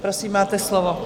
Prosím, máte slovo.